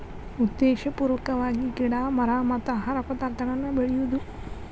ಉದ್ದೇಶಪೂರ್ವಕವಾಗಿ ಗಿಡಾ ಮರಾ ಮತ್ತ ಆಹಾರ ಪದಾರ್ಥಗಳನ್ನ ಬೆಳಿಯುದು